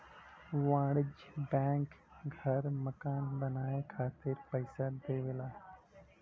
वाणिज्यिक बैंक घर मकान बनाये खातिर पइसा देवला